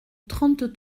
trente